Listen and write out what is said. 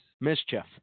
Mischief